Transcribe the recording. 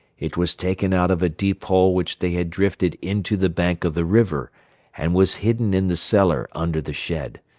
it was taken out of a deep hole which they had drifted into the bank of the river and was hidden in the cellar under the shed.